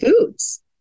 foods